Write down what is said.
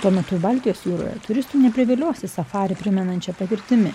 tuo metu baltijos jūroje turistų nepriviliosi safarį primenančia patirtimi